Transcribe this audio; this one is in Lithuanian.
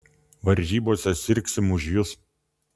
varžybose sirgsim už jus